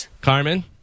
Carmen